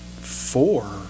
four